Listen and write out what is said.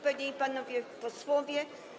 Panie i Panowie Posłowie!